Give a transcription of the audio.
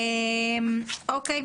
אם כן,